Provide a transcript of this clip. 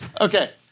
okay